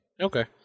okay